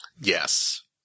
Yes